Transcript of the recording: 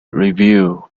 review